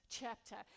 chapter